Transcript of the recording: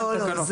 לא,